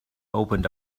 opened